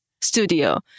studio